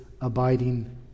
abiding